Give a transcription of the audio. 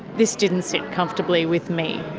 this didn't sit comfortably with me.